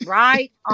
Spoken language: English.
right